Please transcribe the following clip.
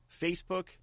Facebook